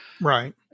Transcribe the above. Right